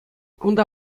унта